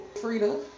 Frida